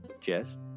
Jess